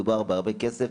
מדובר בהרבה כסף.